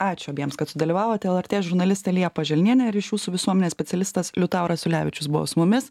ačiū abiems kad sudalyvavote lrt žurnalistė liepa želnienė ryšių su visuomene specialistas liutauras ulevičius buvo su mumis